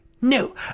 No